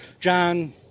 John